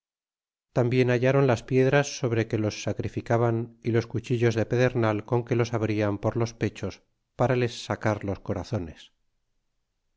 tambien hallaron las piedras sobre que los sacrificaban y los cuchillazos de pedernal con que los abrían por los pechos para les sacar los corazones